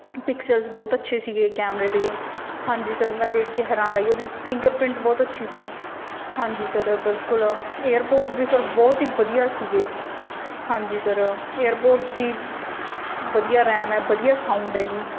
pixel ਬਹੁਤ ਅੱਛੇ ਸੀਗੇ ਕੈਮਰੇ ਦੇ ਹਾਂਜੀ ਸਰ ਮੈਂ ਦੇਖ ਕੇ ਹੈਰਾਨ ਰਹਿ ਗਈ ਉਹਦੀ ਫਿੰਗਰਪ੍ਰਿੰਟ ਬਹੁਤ ਅੱਛੀ ਸੀ ਹਾਂਜੀ ਸਰ ਬਿਲਕੁਲ ਏਅਰਪੋਰਡਸ ਵੀ ਸਰ ਬਹੁਤ ਹੀ ਵਧੀਆ ਸੀਗੇ ਹਾਂਜੀ ਸਰ ਏਅਰਪੋਰਡਸ ਦੀ ਵਧੀਆ ਰੈਮ ਹੈ ਵਧੀਆ ਸਾਊਂਡ ਹੈਗੀ